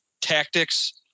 tactics